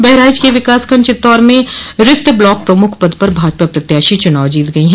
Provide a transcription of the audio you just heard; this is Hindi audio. बहराइच के विकासखंड चित्तौर में रिक्त ब्लॉक प्रमुख पद पर भाजपा प्रत्याशी चुनाव जीत गई है